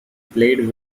played